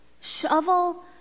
Shovel